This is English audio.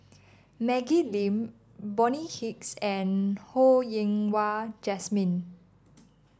Maggie Lim Bonny Hicks and Ho Yen Wah Jesmine